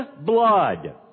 blood